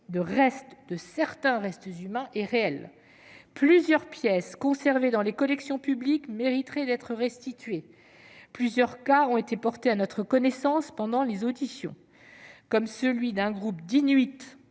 la restitution de certains restes humains est réel. Plusieurs pièces conservées dans les collections publiques mériteraient d'être restituées. Divers cas ont été portés à notre connaissance pendant les auditions, comme celui d'un groupe d'Inuits